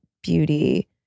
beauty